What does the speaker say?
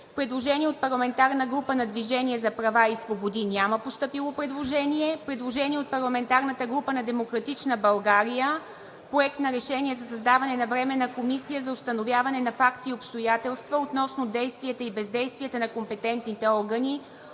Предложение от парламентарната група на „Движението за права и свободи“. Няма постъпило предложение. Предложение от парламентарната група на „Демократична България“: 3. Проект на решение за създаване на Временна комисия за установяване на факти и обстоятелства относно действията и бездействията на компетентните органи